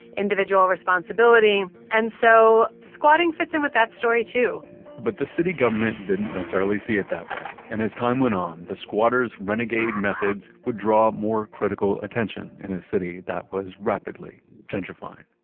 individual responsibility, and so squatting fits in with that story, too but the city government didn't necessarily see it that way and as time went on, the squatter's renegade methods would draw more critical attention in a city that was rapidly gentrifying